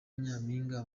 nyampinga